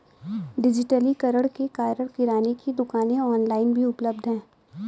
डिजिटलीकरण के कारण किराने की दुकानें ऑनलाइन भी उपलब्ध है